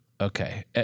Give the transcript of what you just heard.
Okay